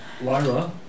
Lyra